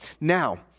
Now